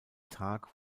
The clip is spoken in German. tag